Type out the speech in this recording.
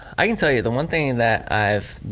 i can tell you, the one thing that i've,